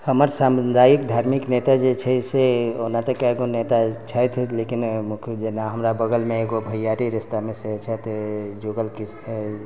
हमर सामुदायिक धार्मिक नेता जे छै से ओना तऽ कए गो नेता छथि लेकिन एखनहु जेना हमर बगलमे एगो भैआरी रिस्तामे सेहो छथि युगल कि